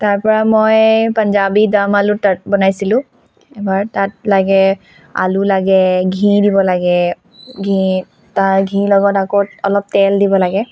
তাৰপৰা মই পাঞ্জাবী ডাম আলু ত বনাইছিলো এবাৰ তাত লাগে আলু লাগে ঘি দিব লাগে ঘি বা ঘি লগত আকৌ অলপ তেল দিব লাগে